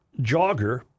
jogger